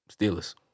Steelers